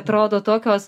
atrodo tokios